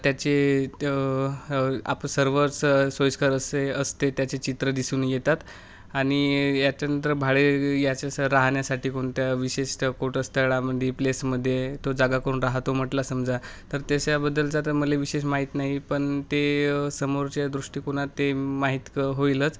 त्याचे त्य आप सर्वच सोयीस्कर असे असते त्याचे चित्र दिसून येतात आणि याच्यानंतर भाडे याच्या राहण्यासाठी कोणत्या विशिष्ट कुठं स्थळामध्ये प्लेसमध्ये तो जागा करून राहतो म्हटला समजा तर त्याच्याबद्दलचा तर मला विशेष माहीत नाही पण ते समोरच्या दृष्टिकोनात ते माहीत क होईलच